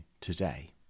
today